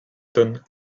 tonnes